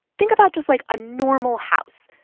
think about just, like, a normal house.